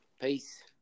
Peace